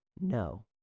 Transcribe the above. No